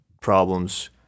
problems